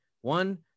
one